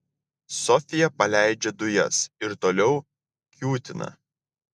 sofija paleidžia dujas ir toliau kiūtina